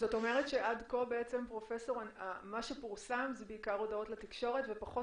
עד כה פורסם יותר הודעות לתקשורת ופחות